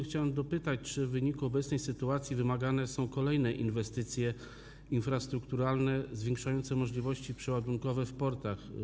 Chciałem dopytać, czy w wyniku obecnej sytuacji wymagane są kolejne inwestycje infrastrukturalne zwiększające możliwości przeładunkowe w portach.